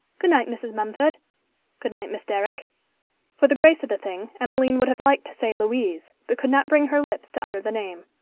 good-night, mrs. mumford good-night, miss derrick for the grace of the thing, emmeline would have liked to say louise, but could not bring her lips to utter the name.